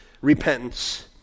repentance